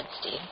Steve